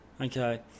Okay